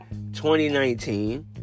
2019